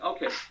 Okay